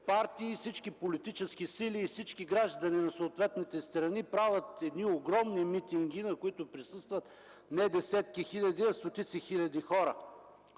партии, всички политически сили и всички граждани от съответните страни правят огромни митинги, на които присъстват не десетки, а стотици хиляди хора.